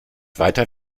weiter